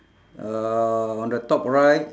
uh on the top right